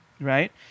right